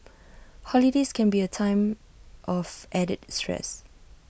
holidays can be A time of added stress